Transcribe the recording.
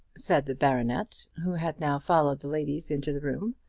said the baronet, who had now followed the ladies into the room.